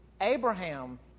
Abraham